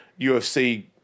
UFC